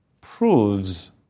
proves